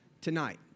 tonight